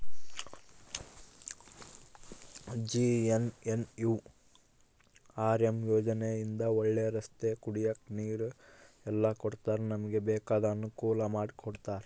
JNNURM ಯೋಜನೆ ಇಂದ ಒಳ್ಳೆ ರಸ್ತೆ ಕುಡಿಯಕ್ ನೀರು ಎಲ್ಲ ಕೊಡ್ತಾರ ನಮ್ಗೆ ಬೇಕಾದ ಅನುಕೂಲ ಮಾಡಿಕೊಡ್ತರ